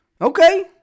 Okay